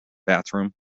bathroom